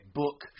book